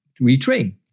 retrain